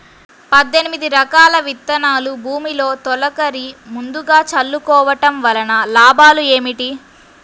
పద్దెనిమిది రకాల విత్తనాలు భూమిలో తొలకరి ముందుగా చల్లుకోవటం వలన లాభాలు ఏమిటి?